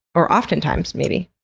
or oftentimes maybe?